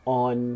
on